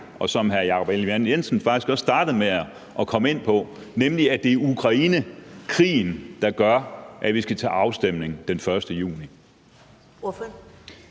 hr. Jakob Ellemann-Jensen faktisk også med at komme ind på, nemlig at det er Ukrainekrigen, der gør, at vi skal til afstemning den 1. juni. Kl.